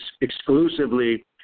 exclusively